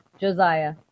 Josiah